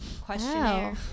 questionnaire